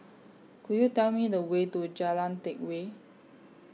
Could YOU Tell Me The Way to Jalan Teck Whye